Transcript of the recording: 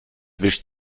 wischt